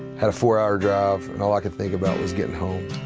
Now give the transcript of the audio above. had a four-hour drive, and all i could think about was getting home.